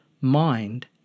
mind